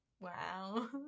wow